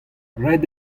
ret